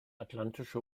atlantische